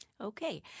Okay